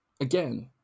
again